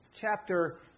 chapter